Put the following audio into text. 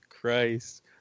Christ